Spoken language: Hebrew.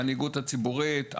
המנהיגות הציבורית,